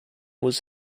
was